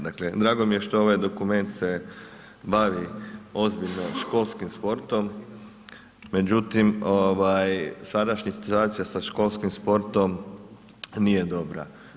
Dakle drago mi je što ovaj dokument se bavi ozbiljno školskim sportom, međutim sadašnja situacija sa školskim sportom nije dobra.